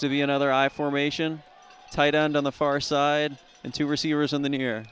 to be another i formation tight end on the far side and two receivers in the near